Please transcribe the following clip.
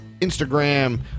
Instagram